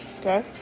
okay